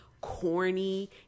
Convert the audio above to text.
corny